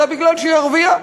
אלא כי היא ערבייה.